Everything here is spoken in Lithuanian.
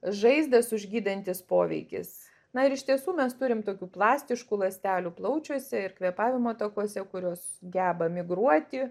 žaizdas užgydantis poveikis na ir iš tiesų mes turim tokių plastiškų ląstelių plaučiuose ir kvėpavimo takuose kurios geba migruoti